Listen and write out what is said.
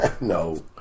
No